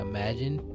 Imagine